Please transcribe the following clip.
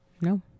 no